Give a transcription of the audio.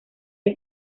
del